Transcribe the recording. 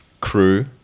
crew